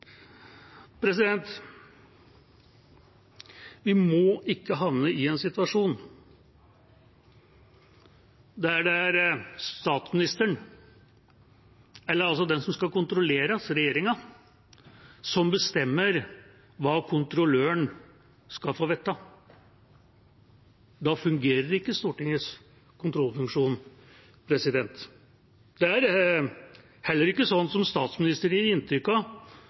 sentralt. Vi må ikke havne i en situasjon der det er statsministeren – eller den som skal kontrolleres, regjeringa – som bestemmer hva kontrolløren skal få vite. Da fungerer ikke Stortingets kontrollfunksjon. Det er heller ikke sånn som statsministeren gir inntrykk av